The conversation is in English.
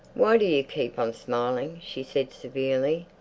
why do you keep on smiling? she said severely.